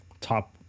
top